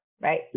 right